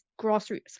grassroots